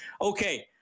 Okay